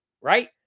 right